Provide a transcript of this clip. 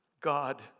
God